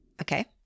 Okay